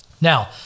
Now